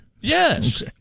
Yes